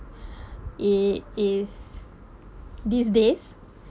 it is these days